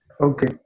Okay